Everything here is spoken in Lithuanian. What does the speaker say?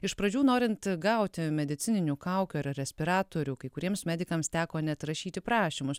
iš pradžių norint gauti medicininių kaukių ar respiratorių kai kuriems medikams teko net rašyti prašymus